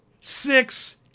Six